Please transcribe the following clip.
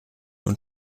und